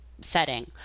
setting